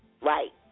Right